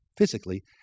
physically